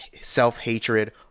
self-hatred